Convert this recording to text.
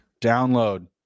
Download